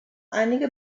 einige